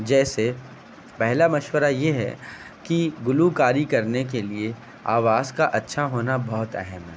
جیسے پہلا مشورہ یہ ہے کہ گلوکاری کرے کے لیے آواز کا اچھا ہونا بہت اہم ہے